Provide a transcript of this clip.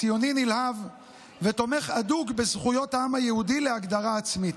ציוני נלהב ותומך אדוק בזכויות העם היהודי להגדרה עצמית.